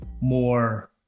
more